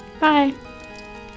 Bye